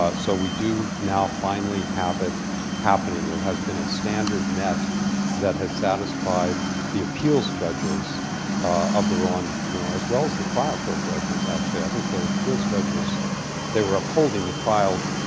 ah so we do now finally have it happening. there has been a standard met that has satisfied the appeals judges of the rwanda tribunal, as well as the trial court judges, actually. i think the appeals judge was they were upholding the trial